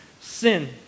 sin